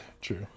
true